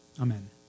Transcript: Amen